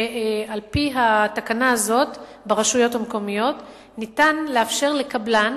על-פי התקנה הזאת ברשויות המקומיות ניתן לאפשר לקבלן